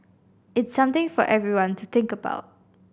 it's something for everyone to think about